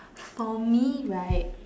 for me right